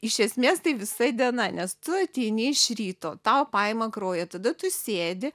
iš esmės tai visa diena nes tu ateini iš ryto tau paima kraują tada tu sėdi